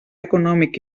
econòmic